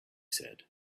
said